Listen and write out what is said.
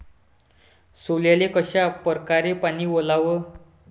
सोल्याले कशा परकारे पानी वलाव?